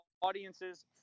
audience's